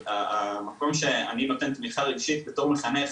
המקום שאני נותן תמיכה רגשית בתור מחנך